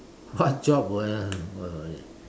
what job won't won't worry